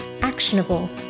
actionable